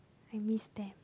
I miss them